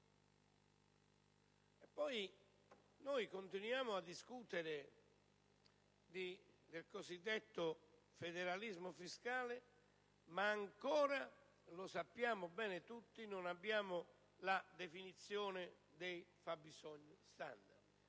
Inoltre, continuiamo a discutere di cosiddetto federalismo fiscale, ma ancora - lo sappiamo bene tutti - non abbiamo la definizione dei fabbisogni standard;